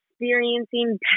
experiencing